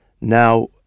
Now